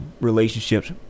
relationships